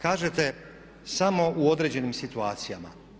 Kažete samo u određenim situacijama.